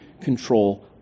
control